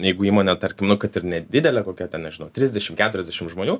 jeigu įmonė tarkim nu kad ir nedidelė kokia ten nežinau trisdešim keturiasdešim žmonių